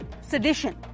sedition